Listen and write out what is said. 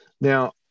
Now